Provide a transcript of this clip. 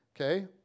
okay